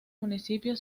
municipio